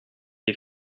les